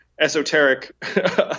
esoteric